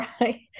Right